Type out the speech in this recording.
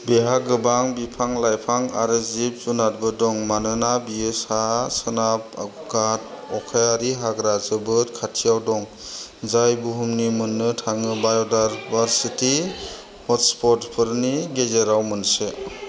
बेहा गोबां बिफां लायफां आरो जिब जुनादबो दं मानोना बेयो सा सोनाब घाट अखायारि हाग्रा जोबोद खाथियाव दं जाय बुहुमनि मोन्नो थाङै बाय'दायभारसिटी हटस्पटफोरनि गेजेराव मोनसे